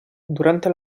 durante